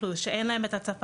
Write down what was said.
כשהוא לא מדבר את השפה,